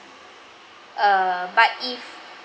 err but if